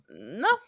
No